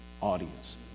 audience